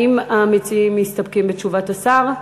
האם המציעים מסתפקים בתשובת השר?